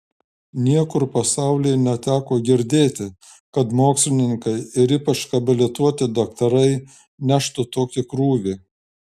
niekur pasaulyje neteko girdėti kad mokslininkai ir ypač habilituoti daktarai neštų tokį krūvį